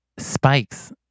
Spikes